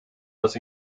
dass